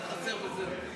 אחד חסר וזהו.